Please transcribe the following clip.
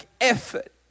effort